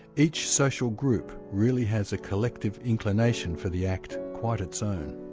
each social group really has a collective inclination for the act quite its own.